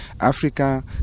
Africa